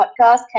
podcast